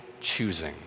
choosing